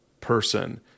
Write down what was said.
person